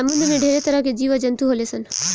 समुंद्र में ढेरे तरह के जीव आ जंतु होले सन